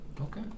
Okay